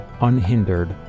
unhindered